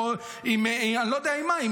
אני לא יודע עם מה.